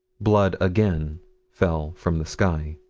blood again fell from the sky.